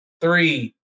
three